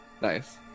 Nice